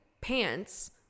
pants